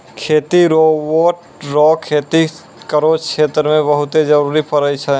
खेती रोवेट रो खेती करो क्षेत्र मे बहुते जरुरी पड़ै छै